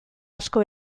asko